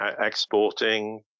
exporting